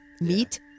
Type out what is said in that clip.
meat